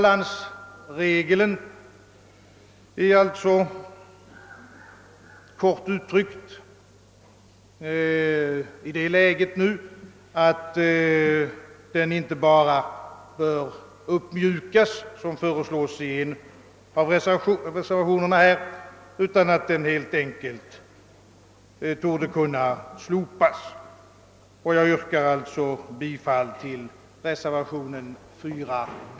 Läget är alltså nu sådant, att balansregeln inte bara bör uppmjukas, som föreslås i en av reservationerna, utan helt enkelt bör slopas. Jag yrkar bifall till reservationen 4 b.